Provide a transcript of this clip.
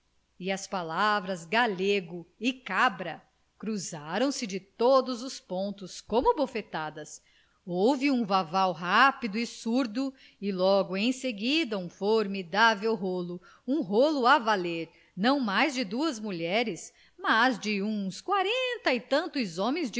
e as palavras galego e cabra cruzaram-se de todos os pontos como bofetadas houve um vavau rápido e surdo e logo em seguida um formidável rolo um rolo a valer não mais de duas mulheres mas de uns quarenta e tantos homens